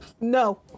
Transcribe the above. No